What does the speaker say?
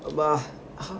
அப்பா:appa